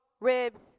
ribs